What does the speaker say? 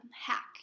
hack